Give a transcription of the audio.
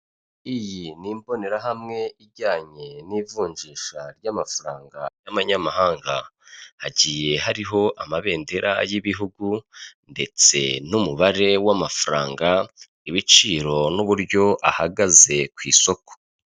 Iyi ni imbonerahamwe ijyanye n'ivunjisha ry'amafaranga y'manyamahanga, hagiye hariho amabendera y'ibihugu ndetse n'umubare w'amafaranga ibiciro n'uburyo ahagaze ku isoko.